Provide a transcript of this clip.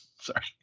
Sorry